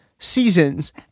seasons